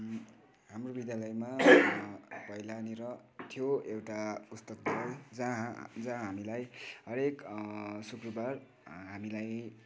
हाम्रो विद्यालयमा पहिलानिर थियो एउटा पुस्तकालय जहाँ जहाँ हामीलाई हरेक शुक्रवार हामीलाई